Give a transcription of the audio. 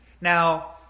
Now